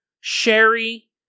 Sherry